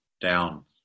down